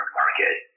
market